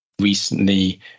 recently